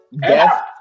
death